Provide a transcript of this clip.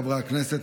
חברי הכנסת,